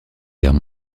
guerre